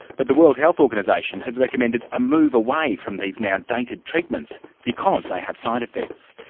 but the world health organisation has recommended a move away from these now-dated treatments because they have side effects.